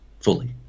fully